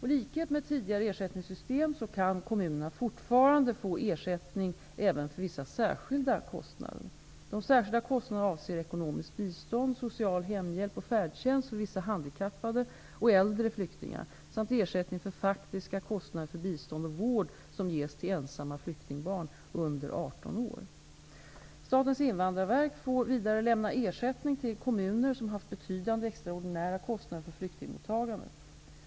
I likhet med tidigare ersättningssystem kan kommunerna fortfarande få ersättning även för vissa särskilda kostnader. De särskilda kostnaderna avser ekonomiskt bistånd, social hemhjälp och färdtjänst för vissa handikappade och äldre flyktingar samt ersättning för faktiska kostnader för bistånd och vård som ges till ensamma flyktingbarn under 18 år. Statens invandrarverk får vidare lämna ersättning till kommuner som haft betydande extraordinära kostnader för flyktingmottagandet.